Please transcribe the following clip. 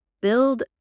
build